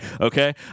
Okay